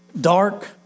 dark